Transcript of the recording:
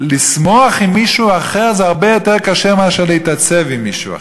לשמוח עם מישהו אחר זה הרבה יותר קשה מאשר להתעצב עם מישהו אחר.